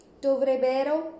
dovrebbero